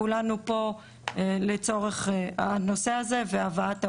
כולנו פה לצורך הנושא הזה והבאת העובדים.